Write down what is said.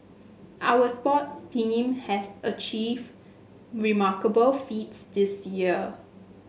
our sports team has achieved remarkable feats this year